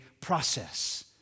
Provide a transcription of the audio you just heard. process